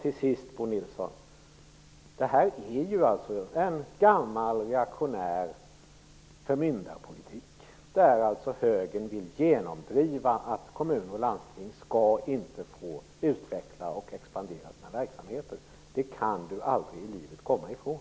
Till sist, Bo Nilsson: Det här är en gammal och reaktionär förmyndarpolitik, genom vilken högern vill genomdriva att kommuner och landsting inte skall få utveckla och expandera sina verksamheter. Det kan Bo Nilsson aldrig komma ifrån.